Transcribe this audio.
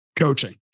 coaching